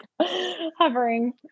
hovering